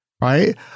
right